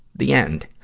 the end.